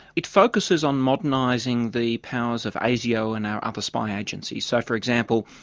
it focuses on modernising the powers of asio and our other spy agencies. so, for example,